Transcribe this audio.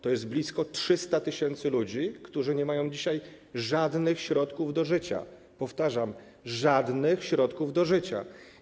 To jest blisko 300 tys. ludzi, którzy nie mają dzisiaj żadnych środków do życia, powtarzam: żadnych środków do życia.